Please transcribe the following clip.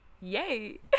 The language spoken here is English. Yay